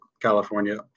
California